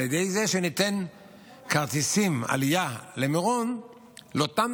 על ידי זה שניתן כרטיסי עלייה למירון לאותן